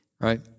right